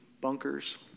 Bunkers